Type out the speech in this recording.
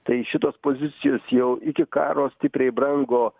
tai šitos pozicijos jau iki karo stipriai brango